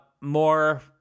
more